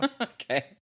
Okay